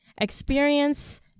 experience